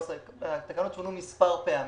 והתקנות שונו מספר פעמים.